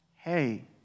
Hey